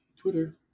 Twitter